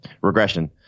regression